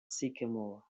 sycamore